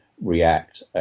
react